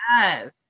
yes